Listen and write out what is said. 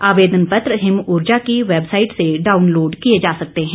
आवेदन पत्र हिमऊर्जा की वैबसाईट से डाउनलोड किए जा सकते हैं